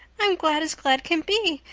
i'm glad as glad can be.